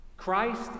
Christ